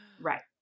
right